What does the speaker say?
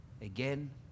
again